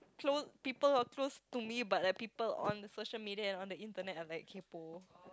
close people are close to me but like people on the social media and on the internet are very kaypo